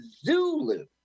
Zulu